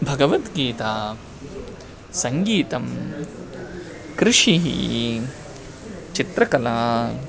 भगवद्गीता सङ्गीतं कृषिः चित्रकला